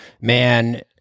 Man